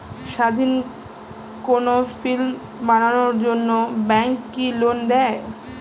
স্বাধীন কোনো ফিল্ম বানানোর জন্য ব্যাঙ্ক কি লোন দেয়?